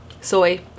soy